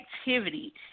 activity